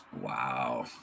Wow